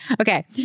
Okay